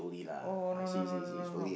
oh no no no no no